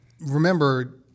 remember